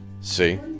See